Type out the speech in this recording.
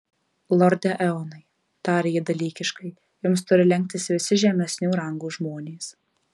lorde eonai tarė ji dalykiškai jums turi lenktis visi žemesnių rangų žmonės